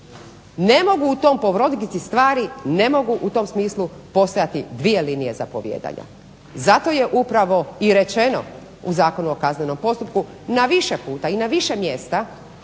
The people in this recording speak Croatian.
Ne mogu to po logici stvari, ne mogu u tom smislu postojati dvije linije zapovijedanja. zato je upravo i rečeno u Zakonu o kaznenom postupku, na više puta i na više mjesta